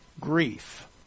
grief